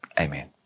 Amen